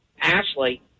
Ashley